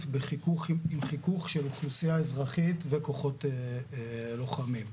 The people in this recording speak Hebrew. בחיכוך של אוכלוסייה אזרחית וכוחות לוחמים.